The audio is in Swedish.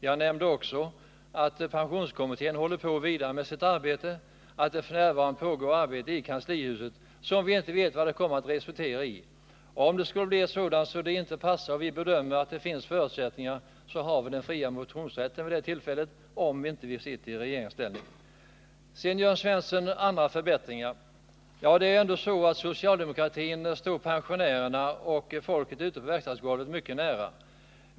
Jag nämnde också att pensionskommittén går vidare med sitt arbete och att ett sådant f. n. pågår i kanslihuset. Vi vet ännu inte vad det arbetet kommer att resultera i. Om det skulle utmynna i förslag som vi bedömer att det inte finns förutsättningar för, kan vi utnyttja den fria motionsrätten om vi inte vid det tillfället sitter i regeringsställning. Vidare, Jörn Svensson, har vi också genomfört andra förbättringar. Det är ändå så att socialdemokratin står pensionärerna och folket ute på verkstadsgolvet mycket nära.